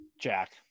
Jack